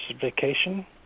vacation